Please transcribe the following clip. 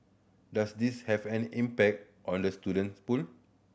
does this have an impact on the student pool